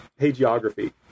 hagiography